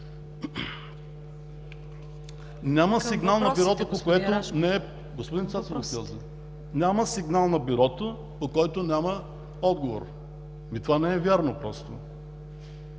„Няма сигнал на Бюрото, по който няма отговор.” Ами това не е вярно просто!